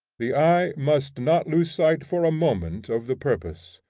the eye must not lose sight for a moment of the purpose.